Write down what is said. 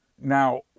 Now